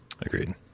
Agreed